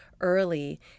early